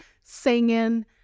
singing